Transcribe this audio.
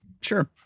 Sure